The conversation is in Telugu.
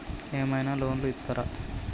ఏమైనా లోన్లు ఇత్తరా?